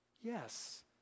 Yes